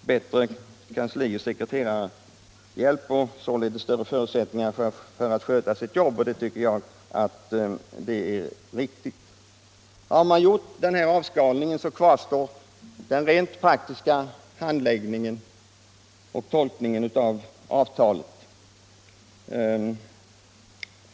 bättre kansli och sckreterarhjälp fortsättningsvis och därmed större förutsättningar för insyn och inflytande, vilket jag tycker är riktigt. Efter denna avskalning kvarstår den rent praktiska handläggningen och tolkningen av avtalet.